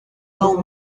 how